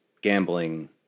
gambling